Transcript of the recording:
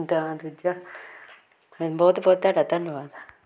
ਦਾ ਦੂਜਾ ਬਹੁਤ ਬਹੁਤ ਤੁਹਾਡਾ ਧੰਨਵਾਦ